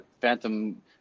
Phantom